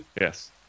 Yes